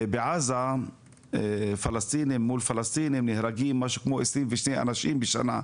בעזה פלסטינים מול פלסטינים נהרגים משהו כמו 22 אנשים בשנה.